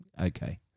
okay